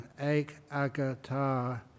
ekagata